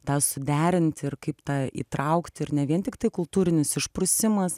tą suderinti ir kaip tą įtraukti ir ne vien tiktai kultūrinis išprusimas